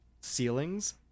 ceilings